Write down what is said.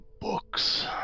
books